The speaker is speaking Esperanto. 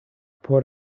por